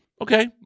Okay